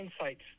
insights